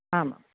आमां